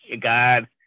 God